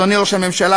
אדוני ראש הממשלה,